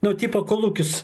nu tipo kolūkius